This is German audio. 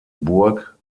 burg